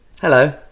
Hello